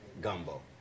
gumbo